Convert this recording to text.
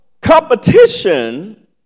competition